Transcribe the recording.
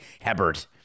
Hebert